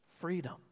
freedom